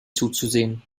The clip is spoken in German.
zuzusehen